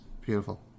Beautiful